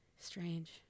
strange